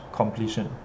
completion